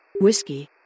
whiskey